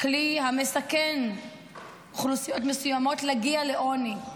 כלי המסכן אוכלוסיות מסוימות להגיע לעוני.